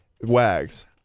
Wags